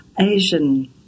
Asian